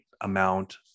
amount